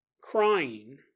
Crying